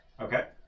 Okay